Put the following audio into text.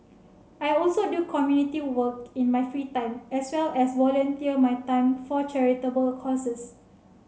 I also do community work in my free time as well as volunteer my time for charitable causes